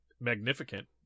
magnificent